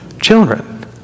Children